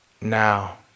Now